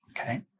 Okay